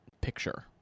picture